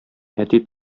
әти